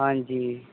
ਹਾਂਜੀ